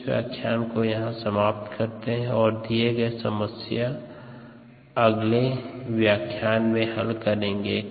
इस व्याख्यान को यहां समाप्त करते है और दिए गये समस्या अगले व्य्ह्यं में हल करेंगे